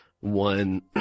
One